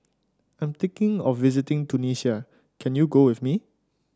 I'm thinking of visiting Tunisia can you go with me